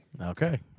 Okay